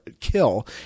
kill